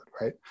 right